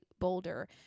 boulder